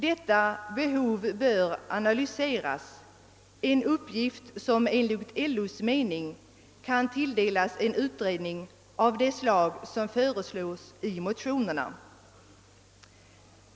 Detta behov bör analyseras, en uppgift som enligt LO:s mening kan tilldelas en utredning av det slag som föreslås i motionerna.